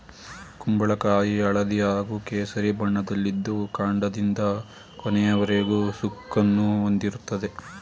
ಕುಂಬಳಕಾಯಿ ಹಳದಿ ಹಾಗೂ ಕೇಸರಿ ಬಣ್ಣದಲ್ಲಿದ್ದು ಕಾಂಡದಿಂದ ಕೊನೆಯವರೆಗೂ ಸುಕ್ಕನ್ನು ಹೊಂದಿರ್ತದೆ